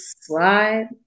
slide